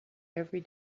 every